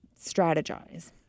strategize